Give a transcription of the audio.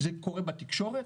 זה קורה בתקשורת?